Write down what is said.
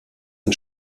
ein